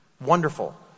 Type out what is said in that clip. Wonderful